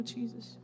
Jesus